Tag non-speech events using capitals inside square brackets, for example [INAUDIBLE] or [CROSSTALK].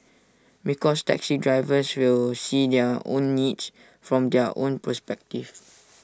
because taxi drivers will see their own needs from their own perspective [NOISE]